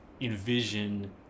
envision